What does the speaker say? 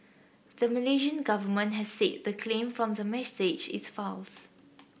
the Malaysian government has said the claim from the message is false